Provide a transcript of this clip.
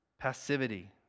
Passivity